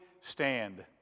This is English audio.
stand